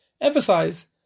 emphasize